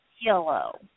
yellow